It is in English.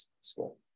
School